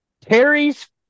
Terry's